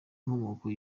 nkomoko